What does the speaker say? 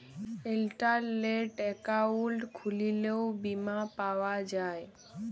ইলটারলেট account খুইললেও বীমা পাউয়া যায়